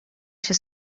się